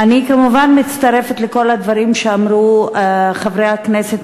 אני כמובן מצטרפת לכל הדברים שאמרו חברי הכנסת